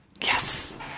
Yes